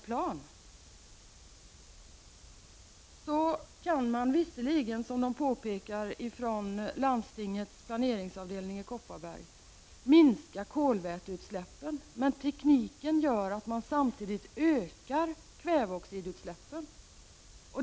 Man kan visserligen, som det påpekas från landstingets planeringsavdelning i Kopparberg, om man byter till nya plan, minska kolväteutsläppen, men tekniken gör att man samtidigt ökar kväveoxidutsläppen.